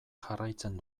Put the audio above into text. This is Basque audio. jarraitzen